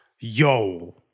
Yo